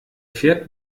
fährt